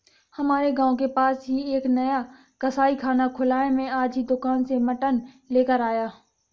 हमारे गांव के पास ही एक नया कसाईखाना खुला है मैं आज ही दुकान से मटन लेकर आया